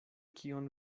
kion